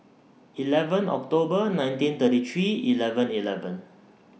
eleven October nineteen thirty three eleven eleven